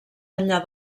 enllà